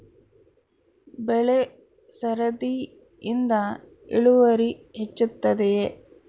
ಬೆಳೆ ಸರದಿಯಿಂದ ಇಳುವರಿ ಹೆಚ್ಚುತ್ತದೆಯೇ?